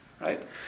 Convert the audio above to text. right